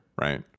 right